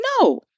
No